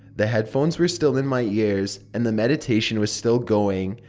the headphones were still in my ears, and the meditation was still going.